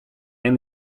and